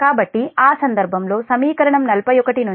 కాబట్టి ఆ సందర్భంలో సమీకరణం 41 నుంచి